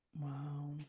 Wow